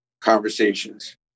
conversations